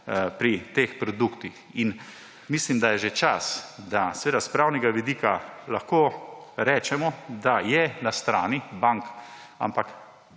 pri teh produktih. Mislim, da je že čas, seveda s pravnega vidika lahko rečemo, da je na strani bank, ampak